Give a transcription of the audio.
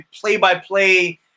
play-by-play